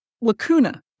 lacuna